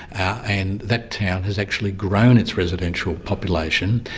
and that town has actually grown its residential population,